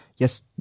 Yes